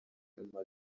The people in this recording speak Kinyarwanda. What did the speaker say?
nyuma